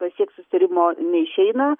pasiekt susitarimo neišeina